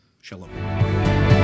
Shalom